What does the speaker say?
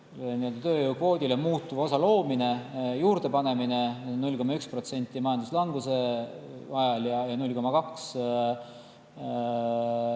tööjõukvoodile muutuva osa loomine, juurdepanemine 0,1% majanduslanguse ajal ja 0,2%